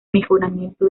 mejoramiento